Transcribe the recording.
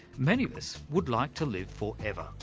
many of us would like to live forever,